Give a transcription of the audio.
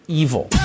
evil